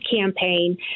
campaign